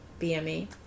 BME